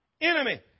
enemy